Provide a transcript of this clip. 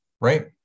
right